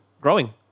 growing